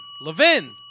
Levin